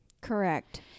correct